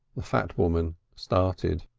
the fat woman started.